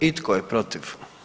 I tko je protiv?